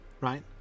right